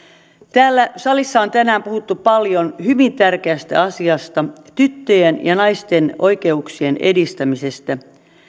täällä salissa on tänään puhuttu paljon hyvin tärkeästä asiasta tyttöjen ja naisten oikeuksien edistämisestä